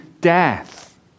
death